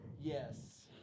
Yes